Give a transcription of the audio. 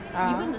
(uh huh)